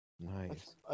Nice